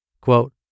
Quote